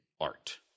art